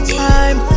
time